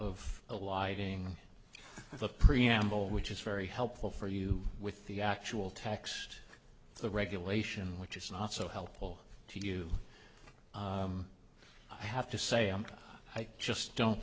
a lighting the preamble which is very helpful for you with the actual text of the regulation which is not so helpful to you i have to say i just don't